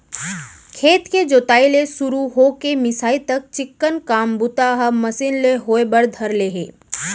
खेत के जोताई ले सुरू हो के मिंसाई तक चिक्कन काम बूता ह मसीन ले होय बर धर ले हे